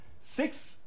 six